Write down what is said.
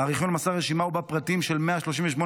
הארכיון מסר רשימה ובה פרטים של 138